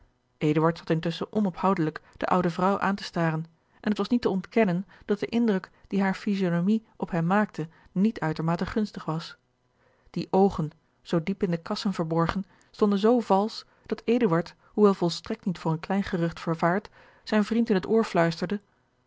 zat intusschen onophoudelijk de oude vrouw aan te staren en het was niet te ontkennen dat de indruk die hare physionomie op hem maakte niet uitermate gunstig was die oogen zoo diep in de kassen verborgen stonden zoo valsch dat eduard hoewel volstrekt niet voor een klein gerucht vervaard zijn vriend in het oor fluisterde